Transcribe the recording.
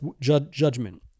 judgment